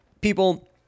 People